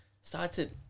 started